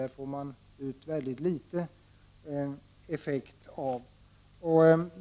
Då får man ut väldigt liten effekt.